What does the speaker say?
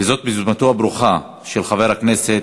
וזאת ביוזמתו הברוכה של חבר הכנסת